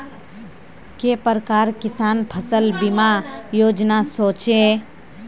के प्रकार किसान फसल बीमा योजना सोचें?